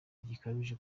gikabije